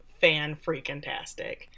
fan-freaking-tastic